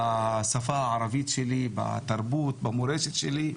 בשפה הערבית שלי, בתרבות, במורשת שלי?